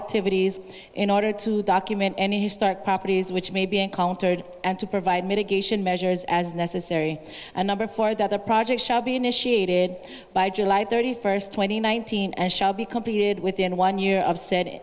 activities in order to document any start properties which may be encountered and to provide mitigation measures as necessary a number for the other projects shall be initiated by july thirty first twenty one thousand and shall be completed within one year of said